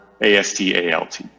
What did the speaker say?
AST-ALT